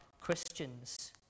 Christians